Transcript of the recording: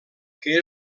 que